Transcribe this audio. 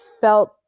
felt